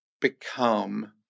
become